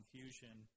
confusion